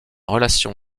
relation